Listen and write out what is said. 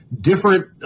different